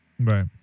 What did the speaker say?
right